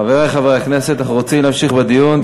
חברי חברי הכנסת, אנחנו רוצים להמשיך בדיון.